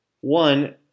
One